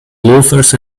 loafers